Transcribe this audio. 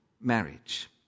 marriage